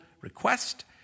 request